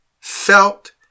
felt